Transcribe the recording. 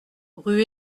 rue